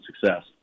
success